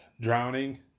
drowning